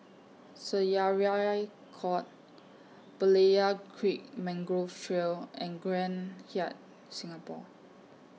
Syariah Court Berlayer Creek Mangrove Trail and Grand Hyatt Singapore